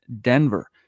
Denver